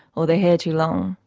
or their hair too long.